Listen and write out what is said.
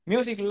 Music